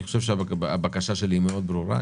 הבקשה שלי ברורה מאוד.